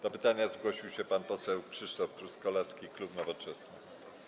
Do pytania zgłosił się pan poseł Krzysztof Truskolaski, klub Nowoczesna.